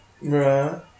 Right